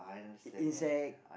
in insect